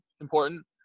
important